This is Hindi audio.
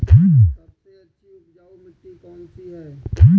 सबसे अच्छी उपजाऊ मिट्टी कौन सी है?